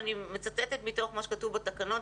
אני מצטטת מתוך מה שכתוב בתקנות,